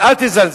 אז אל תזלזלו.